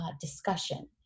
discussion